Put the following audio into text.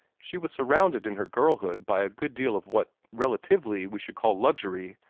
she was surrounded in her girlhood by a good deal of what, relatively, we should call luxury,